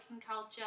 culture